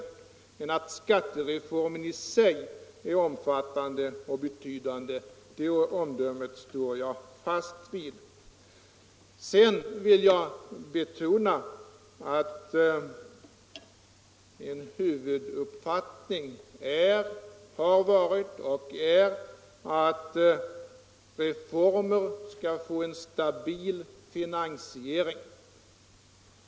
Men det omdömet att skattereformen i sig är omfattande och betydande står jag fast vid. Vår huvuduppfattning har varit och är att reformer skall få en stabil finansiering.